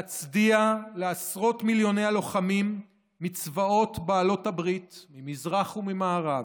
להצדיע לעשרות מיליוני הלוחמים מצבאות בעלות הברית ממזרח וממערב,